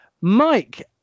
Mike